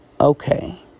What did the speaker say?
Okay